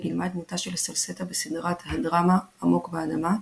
היא גילמה את דמותה של סלסטה בסדרת הדרמה "עמוק באדמה"